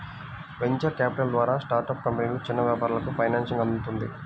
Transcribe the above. venture capital ద్వారా startup కంపెనీలు, చిన్న వ్యాపారాలకు ఫైనాన్సింగ్ అందుతుంది